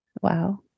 Wow